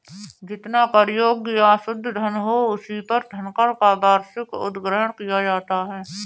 जितना कर योग्य या शुद्ध धन हो, उसी पर धनकर का वार्षिक उद्ग्रहण किया जाता है